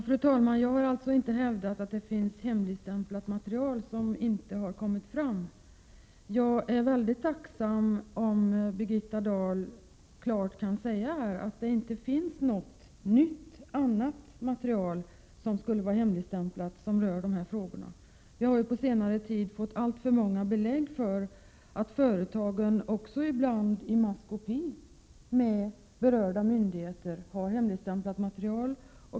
Fru talman! Jag har inte hävdat att det finns hemligstämplat material som inte har kommit fram. Jag är dock mycket tacksam om Birgitta Dahl klart kan säga att det inte finns något annat eller något nytt material, som rör de här frågorna, som är hemligstämplat. Vi har på senare tid fått alltför många belägg för att företagen, ibland också i maskopi med berörda myndigheter, har hemligstämplat material.